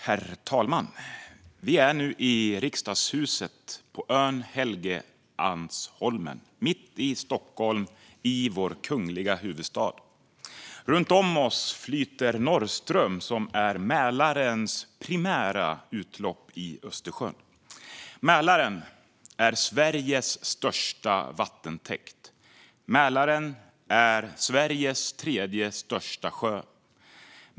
Herr talman! Vi är nu i Riksdagshuset, på ön Helgeandsholmen, mitt i Stockholm, vår kungliga huvudstad. Runt om oss flyter Norrström, som är Mälarens primära utlopp i Östersjön. Mälaren är Sveriges största vattentäkt. Mälaren är Sveriges tredje största sjö.